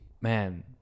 man